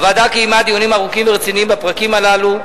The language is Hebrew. הוועדה קיימה דיונים ארוכים ורציניים בפרקים הללו: